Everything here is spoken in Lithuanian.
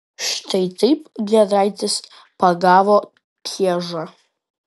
štai taip giedraitis pagavo kiežą